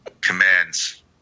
Commands